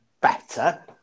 better